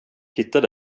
hittade